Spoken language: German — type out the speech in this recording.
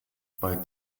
bei